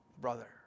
brother